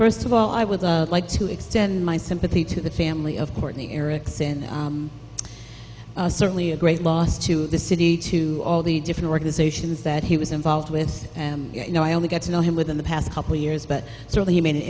first of all i would like to extend my sympathy to the family of courtney erickson certainly a great loss to the city to all the different organizations that he was involved with and you know i only got to know him within the past couple years but certainly he made an